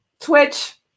Twitch